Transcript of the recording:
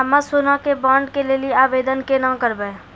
हम्मे सोना के बॉन्ड के लेली आवेदन केना करबै?